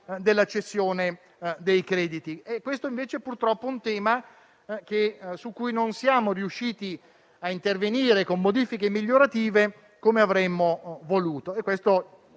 della cessione dei crediti, sul quale invece purtroppo non siamo riusciti a intervenire con modifiche migliorative come avremmo voluto